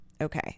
okay